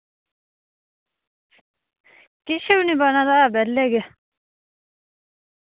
किश बी नि बना दा बेह्ले गै